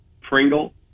Pringle